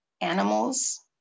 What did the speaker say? animals